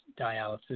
dialysis